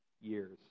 years